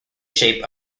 shape